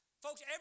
Folks